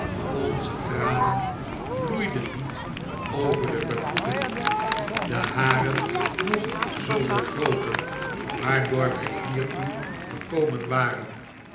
onze tranen vloeiden niet over de beproevingen de hare nog zooveel grooter waardoor wij hiertoe gekomen waren